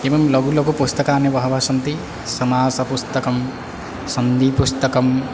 एवं लघु लघु पुस्तकानि बहवः सन्ति समासपुस्तकं सन्दिपुस्तकं